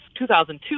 2002